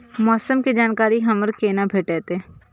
मौसम के जानकारी हमरा केना भेटैत?